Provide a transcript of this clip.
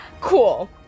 Cool